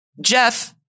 Jeff